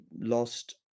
lost